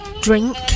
Drink